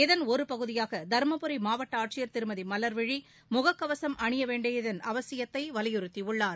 இதன் ஒருபகுதியாக தருமபுரி மாவட்ட ஆட்சியர் திருமதி மவர்விழி முகக்கவசம் அணிய வேண்டியதன் அவசியத்தை வலியுறுத்தியுள்ளார்